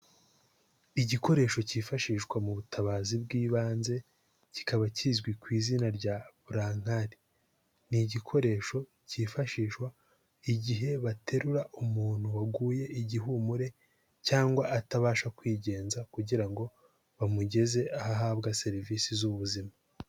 Igikoresho cyifashishwa mu butabazi bw'ibanze kikaba kizwi ku izina rya burankari. Ni igikoresho cyifashishwa igihe baterura umuntu waguye igihumure cyangwa atabasha kwigenza kugira ngo bamugeze aho ahabwa serivisi z'ubuzima.